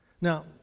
Now